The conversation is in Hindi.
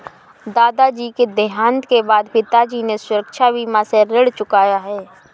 दादाजी के देहांत के बाद पिताजी ने सुरक्षा बीमा से ऋण चुकाया